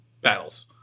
battles